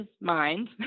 mind